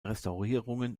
restaurierungen